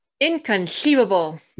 Inconceivable